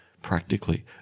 practically